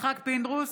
יצחק פינדרוס,